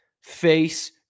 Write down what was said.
face